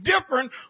different